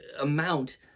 amount